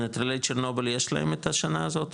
מנטרלי צ'רנוביל יש להם את השנה הזאת,